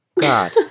God